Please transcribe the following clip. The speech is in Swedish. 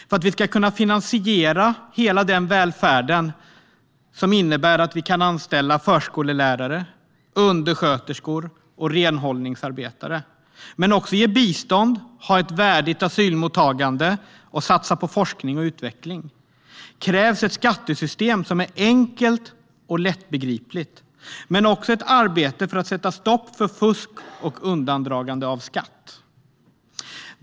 För att vi ska kunna finansiera hela välfärden som innebär att vi kan anställa förskollärare, undersköterskor och renhållningsarbetare, ge bistånd, ha ett värdigt asylmottagande och satsa på forskning och utveckling krävs ett skattesystem som är enkelt och lättbegripligt samt ett arbete för att sätta stopp för fusk och undandragande av skatt.